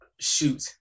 Shoot